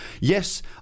Yes